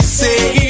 say